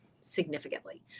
significantly